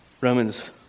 Romans